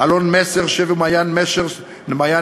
נרשם בפרוטוקול שלטענתו זה בעד.